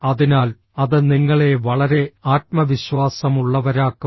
അതിനാൽ അത് നിങ്ങളെ വളരെ ആത്മവിശ്വാസമുള്ളവരാക്കും